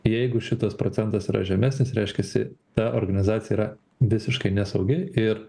jeigu šitas procentas yra žemesnis reiškiasi ta organizacija yra visiškai nesaugi ir